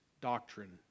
doctrine